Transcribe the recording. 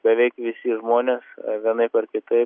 beveik visi žmonės vienaip ar kitaip